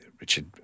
Richard